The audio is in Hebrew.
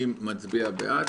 מי מצביע בעד,